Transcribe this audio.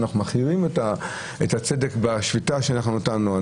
אנחנו מחמירים את הצדק בשפיטה שאנחנו נתנו.